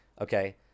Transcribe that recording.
Okay